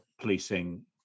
policing